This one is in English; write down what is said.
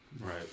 Right